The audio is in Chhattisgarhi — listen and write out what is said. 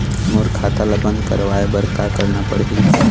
मोर खाता ला बंद करवाए बर का करना पड़ही?